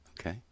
Okay